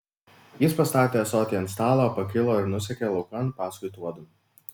jis pastatė ąsotį ant stalo pakilo ir nusekė laukan paskui tuodu